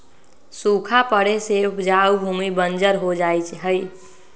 सूखा पड़े से उपजाऊ भूमि बंजर हो जा हई